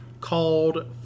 called